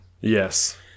Yes